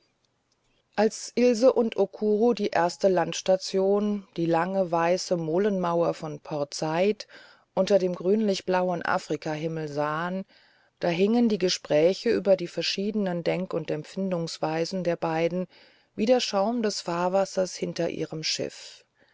als ilse und okuro die erste landstation die lange weiße molenmauer von port said unter dem grünlichblauen afrikahimmel sahen da hingen die gespräche über die verschiedene denk und empfindungsweise der beiden wie der schaum des fahrwassers hinter ihrem schiff